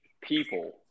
people